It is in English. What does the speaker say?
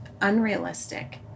unrealistic